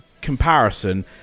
comparison